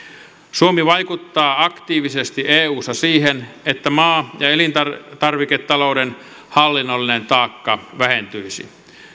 suomi vaikuttaa aktiivisesti eussa siihen että maa ja elintarviketalouden hallinnollinen taakka vähentyisi